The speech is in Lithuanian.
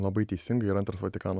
labai teisingai ir antras vatikano